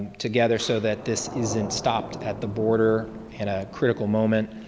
together so that this isn't stopped at the border in a critical moment.